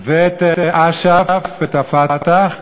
ואת אש"ף, את ה"פתח".